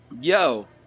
Yo